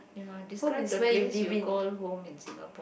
ya describe the place you call home in Singapore